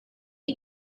you